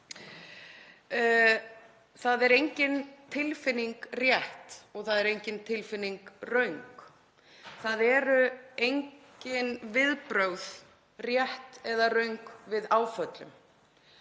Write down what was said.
það er engin tilfinning röng. Það eru engin viðbrögð rétt eða röng við áföllum.